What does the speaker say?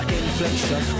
inflation